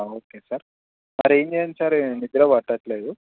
okay sir మరి ఏం చెయ్యను సార్ నిద్ర పట్టట్లేదు